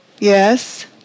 Yes